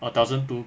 a thousand two